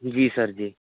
जी सरजी